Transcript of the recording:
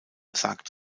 sagt